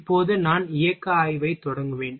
இப்போது நான் இயக்க ஆய்வை தொடங்குவேன்